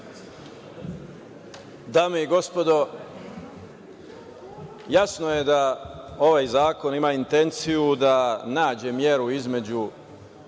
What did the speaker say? Dame i gospodo, jasno je da ovaj zakon ima intenciju da nađe meru između